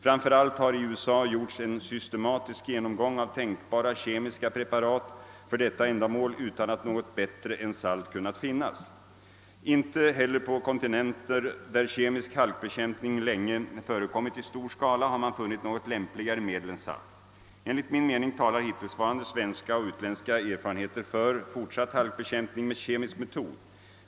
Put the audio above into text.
Framför allt har i USA gjorts en systematisk genomgång av tänkbara kemiska preparat för detta ändamål utan att något bättre än salt kunnat finnas. Inte heller på kontinenten där kemisk halkbekämpning länge förekommit i stor skala har man funnit något lämpligare medel än salt. Enligt min mening talar hittillsvarande svenska och utländska erfarenheter för = fortsatt halkbekämpning med kemisk metod.